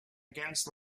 against